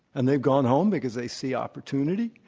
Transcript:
and they've gone home because they see opportunity.